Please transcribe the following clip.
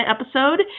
episode